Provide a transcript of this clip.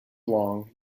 long